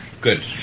Good